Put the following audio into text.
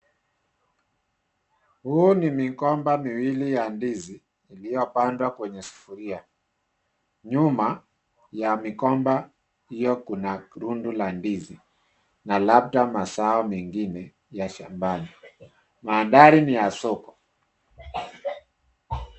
Huu ni migomba miwili ya ndizi iliyopandwa kwenye sufuria. Nyuma ya migomba hiyo kuna kundi la ndizi na labda mazao mengine ya shambani. Mandhari ni ya soko.